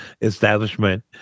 establishment